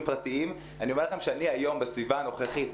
פרטיים אני אומר לכם שאני היום בסביבה הנוכחית,